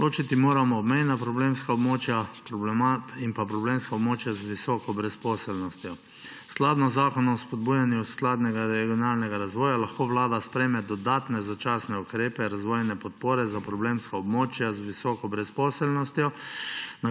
Ločiti moramo obmejna problemska območja in problemska območja z visoko brezposelnostjo. Skladno z Zakonom o spodbujanju skladnega regionalnega razvoja lahko Vlada sprejme dodatne začasne ukrepe razvojne podpore za problemska območja z visoko brezposelnostjo,